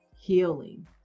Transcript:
healing